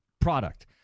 product